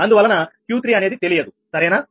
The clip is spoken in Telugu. అందువలన 𝑄3 అనేది తెలియదు సరేనా